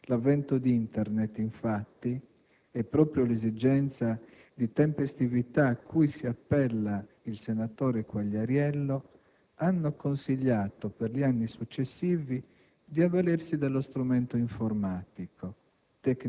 L'avvento di Internet, infatti, e proprio l'esigenza di tempestività a cui si appella il senatore Quagliariello hanno consigliato, per gli anni successivi, di avvalersi dello strumento informatico,